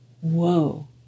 Whoa